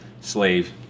slave